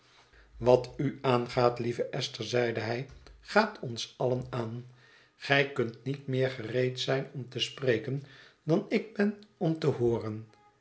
wat u aangaat lieve esther zeide hij gaat ons allen aan gij kunt niet meer gereed zijn om te spreken dan ik ben om te hooren